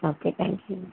okay thank you